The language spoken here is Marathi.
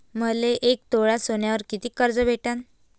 मले एक तोळा सोन्यावर कितीक कर्ज भेटन?